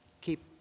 keep